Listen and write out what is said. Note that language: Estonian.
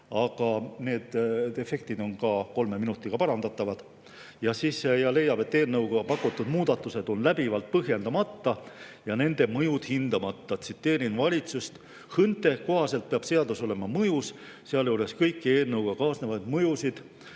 aga need defektid on kolme minutiga parandatavad. Valitsus leiab, et eelnõuga pakutud muudatused on läbivalt põhjendamata ja nende mõjud hindamata. Tsiteerin valitsust: "HÕNTE kohaselt peab seadus olema mõjus, sealjuures kõiki eelnõuga kaasnevaid mõjusid